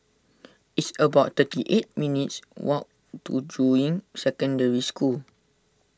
it's about thirty eight minutes' walk to Juying Secondary School